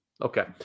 Okay